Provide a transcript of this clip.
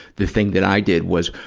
the thing that i did was,